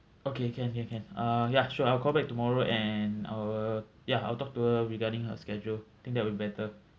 okay can okay can ah ya sure I'll call back tomorrow and I will ya I'll talk to her regarding her schedule think that will be better